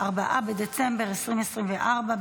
4 בדצמבר 2024,